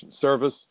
Service